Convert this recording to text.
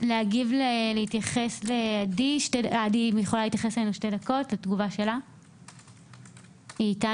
לתגובה של שתי דקות של עדי